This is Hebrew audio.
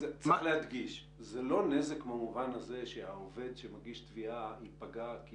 צריך להדגיש זה לא נזק במובן שהעובד שמגיש תביעה ייפגע כי